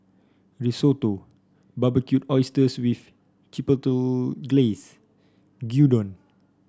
Risotto Barbecued Oysters with Chipotle Glaze Gyudon